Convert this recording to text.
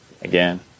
Again